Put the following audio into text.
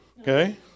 Okay